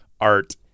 art